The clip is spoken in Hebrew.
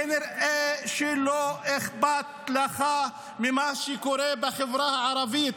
כנראה שלא אכפת לך ממה שקורה בחברה הערבית,